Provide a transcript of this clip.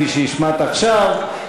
כפי שהשמעת עכשיו,